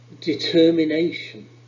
determination